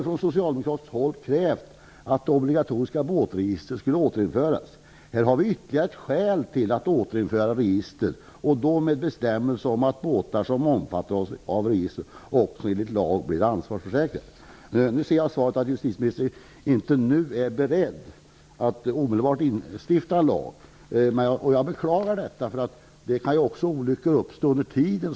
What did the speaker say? Från socialdemokratiskt håll har vi krävt att obligatoriska båtregister skall återinföras. Här har vi ytterligare ett skäl till ett återinförande av register, och då med bestämmelser om att båtar som omfattas av register enligt lag också blir ansvarsförsäkrade. Av svaret framgår att justitieministern inte är beredd att omedelbart stifta en lag. Det beklagar jag. Olyckor kan ju inträffa under tiden.